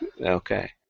Okay